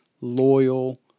loyal